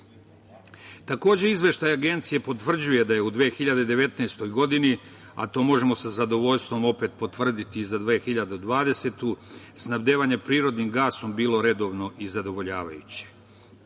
sektor. Takođe izveštaj Agencije potvrđuje da je u 2019. godini, a to možemo sa zadovoljstvom opet potvrditi i za 2020. godinu, snabdevanje prirodnim gasom je bilo redovno i zadovoljavajuće.